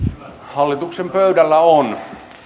hallituksen pöydällä on